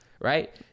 right